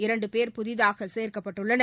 இரண்டு பேர் புதிதாக சேர்க்கப்பட்டுள்ளனர்